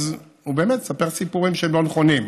אז הוא באמת מספר סיפורים שהם לא נכונים.